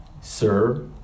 Sir